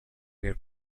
nel